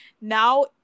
now